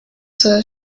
zur